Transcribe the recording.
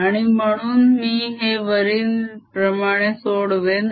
आणि म्हणून मी हे वरीलप्रमाणे सोडवेन